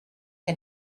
que